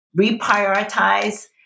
reprioritize